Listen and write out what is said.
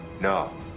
no